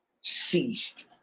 ceased